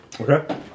Okay